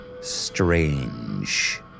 Strange